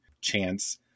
chance